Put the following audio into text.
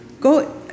Go